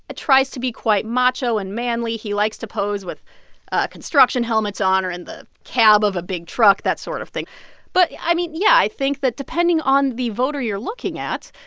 tries to be quite macho and manly. he likes to pose with ah construction helmets on or in the cab of a big truck that sort of thing but, i mean, yeah, i think that depending on the voter you're looking at,